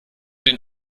den